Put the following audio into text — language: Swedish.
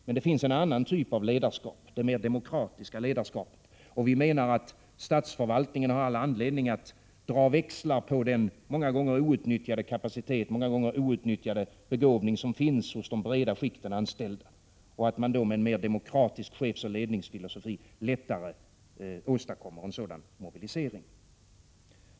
Men det finns en annan typ av ledarskap, det demokratiska, och vi menar att statsförvaltningen har all anledning att dra växlar på den många gånger outnyttjade kapacitet och begåvning som finns hos de breda skikten anställda och att man med en mer demokratisk chefsoch ledningsfilosofi lättare åstadkommer en sådan mobilisering.